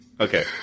Okay